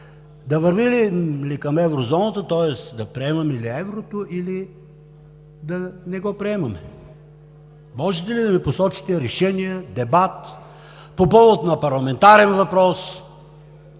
да вървим ли към Еврозоната, тоест да приемем ли еврото, или да не го приемаме?! Можете ли да ми посочите решения, дебат по повод на парламентарен въпрос?